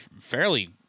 fairly